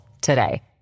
today